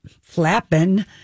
flapping